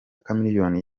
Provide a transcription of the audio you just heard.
chameleone